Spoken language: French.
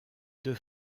deux